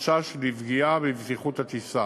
מחשש לפגיעה בבטיחות הטיסה.